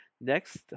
Next